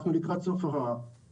אנחנו לקראת סוף השנה,